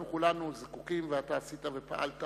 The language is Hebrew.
אנחנו כולנו זקוקים, ועשית ופעלת